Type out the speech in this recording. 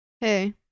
Hey